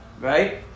Right